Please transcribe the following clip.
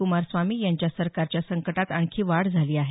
कुमारस्वामी यांच्या सरकारच्या संकटात आणखी वाढ झाली आहे